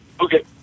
Okay